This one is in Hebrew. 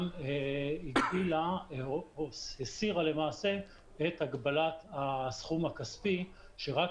גם הסירה למעשה את הגבלת הסכום הכספי שרק